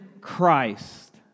Christ